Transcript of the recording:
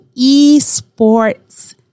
eSports